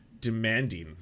demanding